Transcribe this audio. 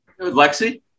Lexi